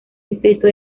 distrito